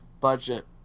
budget